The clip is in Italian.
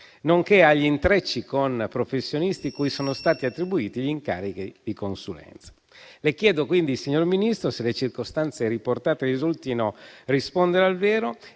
nonché agli intrecci con professionisti cui sono stati attribuiti gli incarichi di consulenza. Le chiedo quindi, signor Ministro, se le circostanze riportate risultino rispondere al vero